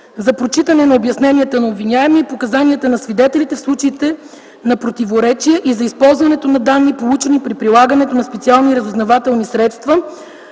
за прочитане на обясненията на обвиняемия и показанията на свидетели в случаите на противоречия и за използването на данни, получени при прилагането на специални разузнавателни средства